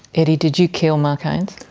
eddie, did you kill mark haines?